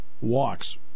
walks